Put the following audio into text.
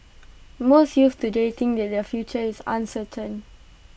most youths today think that their future is uncertain